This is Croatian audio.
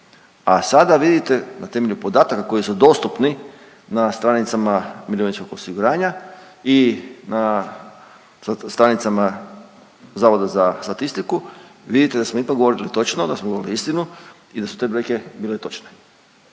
a sada vidite na temelju podataka koji su dostupni na stranicama mirovinskog osiguranja i na stranicama Zavoda za statistiku, vidite da smo ipak govorili točno, da smo govorili istinu i da su te brojke bile točne.